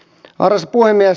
arvoisa puhemies